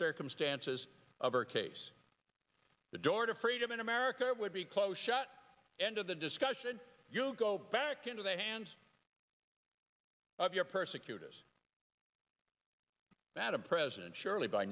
circumstances of her case the door to freedom in america would be closed shut end of the discussion you'll go back into the hands of your persecutors madam president surely by